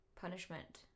Punishment